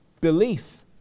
belief